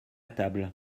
table